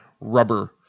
rubber